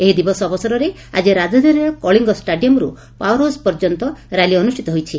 ଏହି ଦିବସ ଅବସରରେ ଆଜି ରାକଧାନୀରେ କଳିଙ୍ଙ ଷ୍ଟାଡିୟମ୍ରୁ ପାଓ୍ୱାର ହାଉସ୍ ପର୍ଯ୍ୟନ୍ତ ର୍ୟାଲି ଅନୁଷିତ ହୋଇଛି